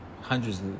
hundreds